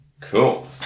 Cool